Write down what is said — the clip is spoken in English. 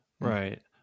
right